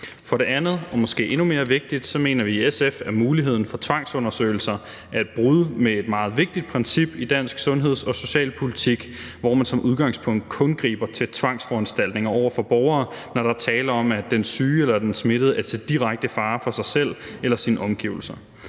For det andet – og det er måske endnu mere vigtigt – mener vi i SF, at muligheden for tvangsundersøgelser er et brud med et meget vigtigt princip i dansk sundheds- og socialpolitik, hvor man som udgangspunkt kun griber til tvangsforanstaltninger over for borgere, når der er tale om, at den syge eller den smittede er til direkte fare for sig selv eller sine omgivelser.